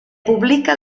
publica